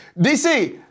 DC